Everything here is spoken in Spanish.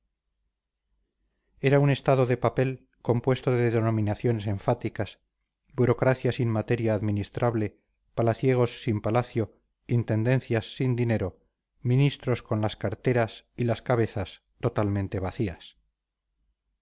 era un estado de papel compuesto de denominaciones enfáticas burocracia sin materia administrable palaciegos sin palacio intendencias sin dinero ministros con las carteras y las cabezas totalmente vacías